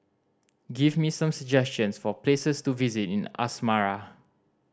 give me some suggestions for places to visit in Asmara